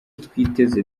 twiteze